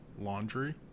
laundry